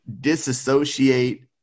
disassociate